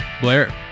Blair